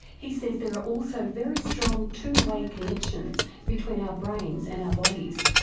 he says there are also very strong two-way connections between our brains and our bodies.